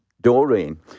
Doreen